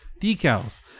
Decals